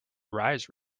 rise